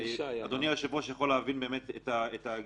אדוני היושב-ראש יכול להבין את הגישה.